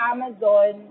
Amazon